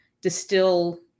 distill